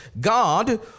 God